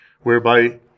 whereby